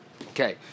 Okay